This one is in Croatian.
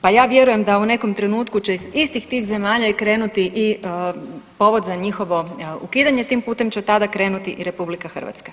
Pa ja vjerujem da u nekom trenutku će iz istih tih zemalja i krenuti i povod za njihovo ukidanje, tim putem će tada krenuti i RH.